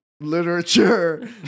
Literature